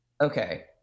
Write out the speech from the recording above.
Okay